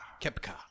Kepka